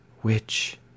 Which